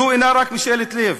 זו אינה רק משאלת לב,